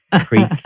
Creek